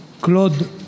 Claude